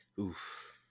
oof